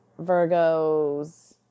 Virgos